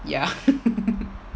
ya